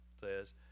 says